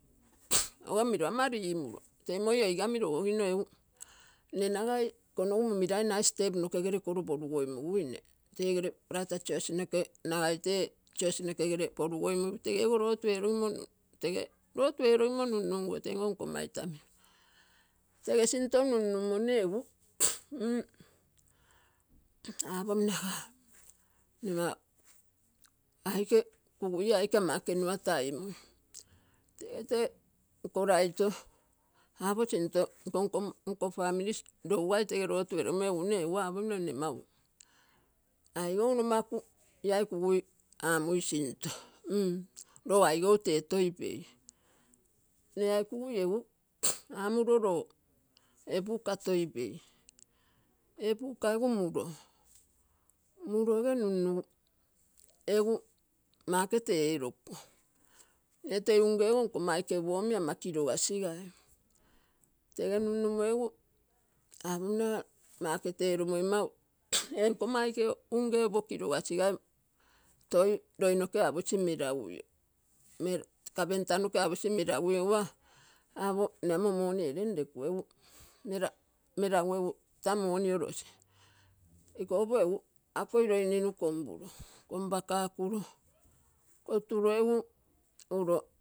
Tege ogo miro ama rimuro tee moi oigani rogogino egu mne nagai ikonogu muni rai nagai step noke gere koro porugoimuguine tegere barata church noke nagai tee church nokegere porugoimui gu tegeogo lotu eerogimo tee lotu eerogimo nunnunguo tenko nkomma ita mino tege sinto nunnummo mne egu apomino aga ia aike kuguie aike ama ekenua timui tege te nko raito aposinto iko nko famili ougai lotu erogimo mne egu apomino mne mau aigou nomaku iai kugui amui sinto, lo aigou tee toi pei. Mne iai kugui egu amuro lo ee buka toi pei, ee buka egu muro, muro ege nunnugu egu makete eeroku. Mne tei unge ogo nkomma aike opo omi ama kirogosigai tege nunnumo egu apomino makete eeromoi mau eenkomma aike unge opo kerogasigai toi loinoke aposi melaguio kapenta nko aposi melagu egua apo mne amo moni ee renrekuo egu melagu egu taa moni orosi iko opo egu akoi loi ninu kompuro kompakakuro koturo egu uro.